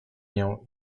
nią